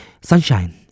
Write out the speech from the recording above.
Sunshine